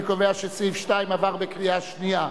אני קובע שסעיף 2 עבר בקריאה שנייה.